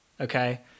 Okay